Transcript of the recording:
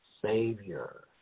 Savior